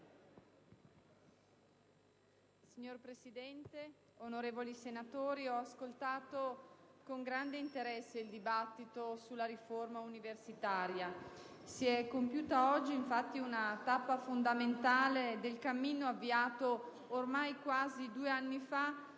Signora Presidente, onorevoli senatori, ho ascoltato con grande interesse il dibattito sulla riforma universitaria. Si è compiuta oggi, infatti, una tappa fondamentale del cammino avviato ormai quasi due anni fa